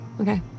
Okay